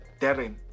Darren